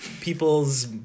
people's